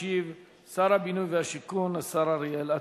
ישיב שר הבינוי והשיכון, השר אריאל אטיאס.